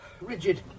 Rigid